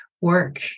work